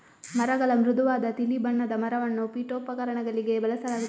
ಮರಗಳ ಮೃದುವಾದ ತಿಳಿ ಬಣ್ಣದ ಮರವನ್ನು ಪೀಠೋಪಕರಣಗಳಿಗೆ ಬಳಸಲಾಗುತ್ತದೆ